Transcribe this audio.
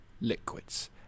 liquids